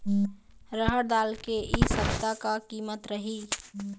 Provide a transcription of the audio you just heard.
रहड़ दाल के इ सप्ता का कीमत रही?